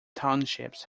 townships